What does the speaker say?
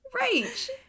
Rage